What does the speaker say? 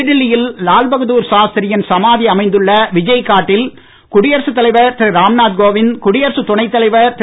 புதுடெல்லியில் லால்பகதூர் சாஸ்திரியின் சமாதி அமைந்துள்ள விஜய்காட்டில் குடியரசுத் தலைவர் ராம்நாத் கோவிந்த் குடியரசுத் துணைத் தலைவர் திரு திரு